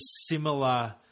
similar